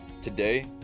Today